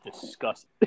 disgusting